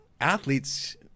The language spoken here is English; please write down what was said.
athletes